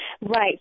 Right